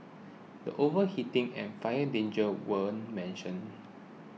the overheating and fire dangers weren't mentioned